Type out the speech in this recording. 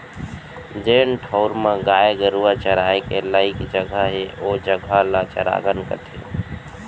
जेन ठउर म गाय गरूवा चराय के लइक जघा हे ओ जघा ल चरागन कथें